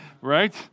right